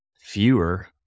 fewer